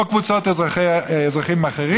או קבוצות אזרחים אחרים.